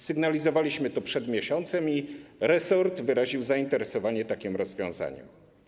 Sygnalizowaliśmy to przed miesiącem i resort wyraził zainteresowanie takim rozwiązaniem.